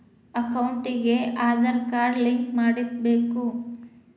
ಅಕೌಂಟಿಗೆ Aadhaar card link ಮಾಡಿಸಬೇಕು?